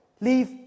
Leave